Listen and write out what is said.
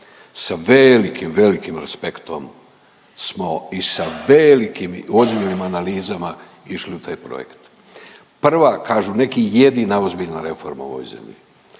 Sa velikim, velikim respektom smo i sa velikim i ozbiljnim analizama išli u taj projekt. Prva kažu neki i jedina ozbiljna reforma u ovoj zemlji,